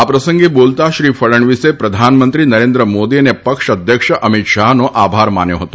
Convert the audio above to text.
આ પ્રસંગે બોલતાં શ્રી ફડવીસે પ્રધાનમંત્રી નરેન્દ્ર મોદી અને પક્ષ અધ્યક્ષ અમિત શાહનો આભાર માન્યો હતો